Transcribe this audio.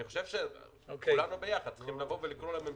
אני חושב שכולנו ביחד צריכים לקרוא לממשלה